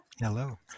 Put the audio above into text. Hello